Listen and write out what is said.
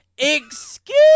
Excuse